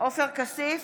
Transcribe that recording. עופר כסיף,